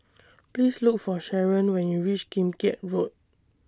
Please Look For Sharon when YOU REACH Kim Keat Road